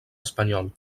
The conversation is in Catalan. espanyol